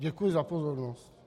Děkuji za pozornost.